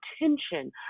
attention